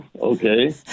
Okay